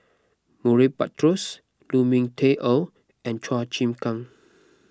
Murray Buttrose Lu Ming Teh Earl and Chua Chim Kang